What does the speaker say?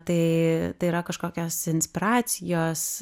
tai tai yra kažkokios inspiracijos